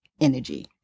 energy